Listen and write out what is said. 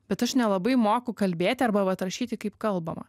bet aš nelabai moku kalbėti arba vat rašyti kaip kalbama